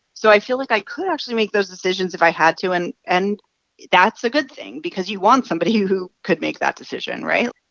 so i feel like i could actually make those decisions if i had to. and and that's a good thing because you want somebody who could make that decision, right?